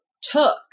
took